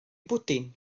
bwdin